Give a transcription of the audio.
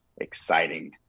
exciting